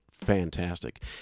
fantastic